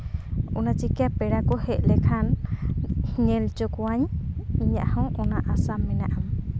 ᱚᱱᱟ ᱪᱤᱠᱟᱹ ᱯᱮᱲᱟ ᱠᱚ ᱦᱮᱡ ᱞᱮᱱᱠᱷᱟᱱ ᱧᱮᱞ ᱦᱚᱪᱚ ᱠᱚᱣᱟᱹᱧ ᱤᱧᱟᱹᱜ ᱦᱚᱸ ᱚᱱᱟ ᱟᱥᱟ ᱢᱮᱱᱟᱜᱼᱟ